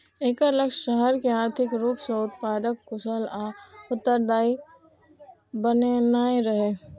एकर लक्ष्य शहर कें आर्थिक रूप सं उत्पादक, कुशल आ उत्तरदायी बनेनाइ रहै